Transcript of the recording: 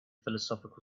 philosophical